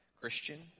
Christian